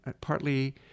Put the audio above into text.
partly